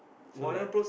so like